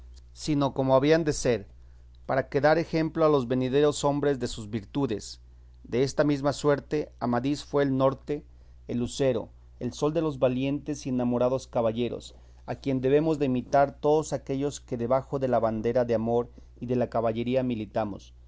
sino como habían de ser para quedar ejemplo a los venideros hombres de sus virtudes desta mesma suerte amadís fue el norte el lucero el sol de los valientes y enamorados caballeros a quien debemos de imitar todos aquellos que debajo de la bandera de amor y de la caballería militamos